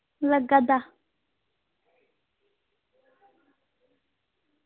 लग्गा दा